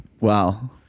Wow